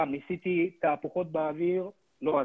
גם עשיתי תהפוכות באוויר, לא עזר.